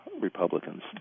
republicans